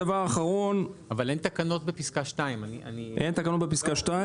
דבר אחרון --- אבל אין תקנות בפסקה 2. אין תקנות בפסקה 2?